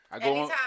Anytime